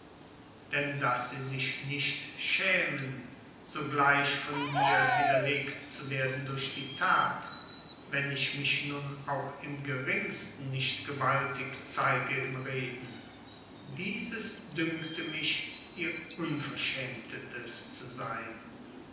denn daß sie sich nicht schämen sogleich von mir widerlegt zu werden durch die tat wenn ich mich nun auch im geringsten nicht gewaltig zeige im reden dieses dünkte mich ihr unverschämtestes zu sein